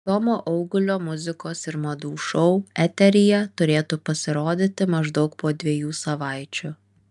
tomo augulio muzikos ir madų šou eteryje turėtų pasirodyti maždaug po dviejų savaičių